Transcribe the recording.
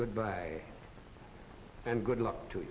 good bye and good luck to